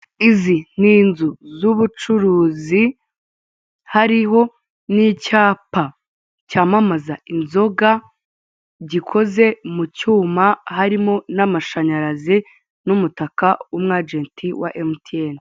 Izi ni inzu z'ubucuruzi hariho n'icyapa cyamamaza inzoga, gikoze mu cyuma harimo n'amashanyarazi n'umutaka w'umu ajenti wa emutiyene.